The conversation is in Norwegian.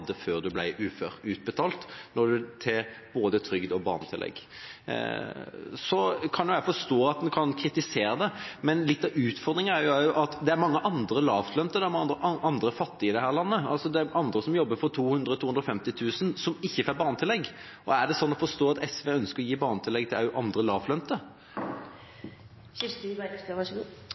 hadde før man ble ufør, utbetalt av både trygd og barnetillegg. Jeg kan forstå at man kan kritisere dette. Men litt av utfordringa er også at det er mange andre lavtlønte og fattige i dette landet – det finnes andre som jobber for 200 000–250 000 kr i året, som ikke får barnetillegg. Er det sånn å forstå at SV også ønsker å gi barnetillegg til andre